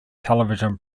television